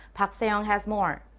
park se-young has more.